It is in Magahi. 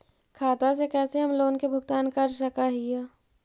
खाता से कैसे हम लोन के भुगतान कर सक हिय?